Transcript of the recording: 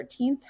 13th